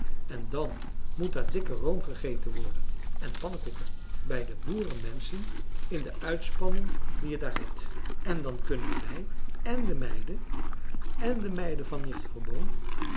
en dan moet daar dikke room gegeten worden en pannekoeken bij die boerenmenschen in de uitspanning die je daar hebt en dan kunnen wij en de meiden en de meiden van nicht